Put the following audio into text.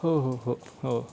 हो हो हो हो